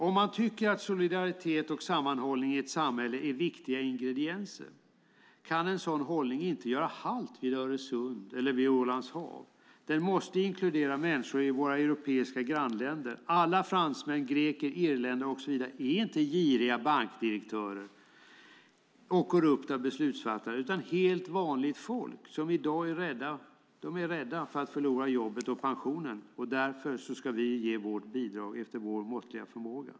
Om man tycker att solidaritet och sammanhållning i ett samhälle är viktiga ingredienser kan en sådan hållning inte göra halt vid Öresund och Ålands hav. Den måste inkludera människor i våra europeiska grannländer. Alla fransmän, greker, irländare och så vidare är inte giriga bankdirektörer och korrupta beslutsfattare utan helt vanligt folk. De är i dag rädda för att förlora jobbet och pensionen. Därför ska vi ge vårt bidrag efter vår måttliga förmåga.